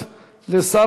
נתקבלה.